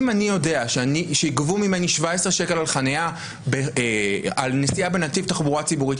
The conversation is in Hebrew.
שאם אני יודע שיגבו ממני 17 שקל על נסיעה בנתיב תחבורה ציבורית,